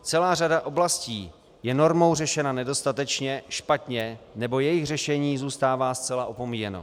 Celá řada oblastí je normou řešena nedostatečně, špatně, nebo jejich řešení zůstává zcela opomíjeno.